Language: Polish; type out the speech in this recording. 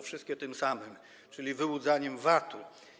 Wszystkie tym samym, czyli wyłudzaniem VAT-u.